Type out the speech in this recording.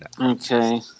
Okay